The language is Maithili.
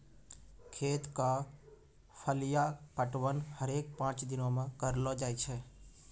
खेत क फलिया पटवन हरेक पांच दिनो म करलो जाय छै